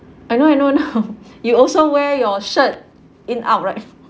I know I know now you also wear your shirt in out right